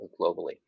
globally